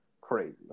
Crazy